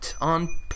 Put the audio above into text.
On